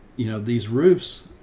you know, these roofs,